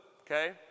okay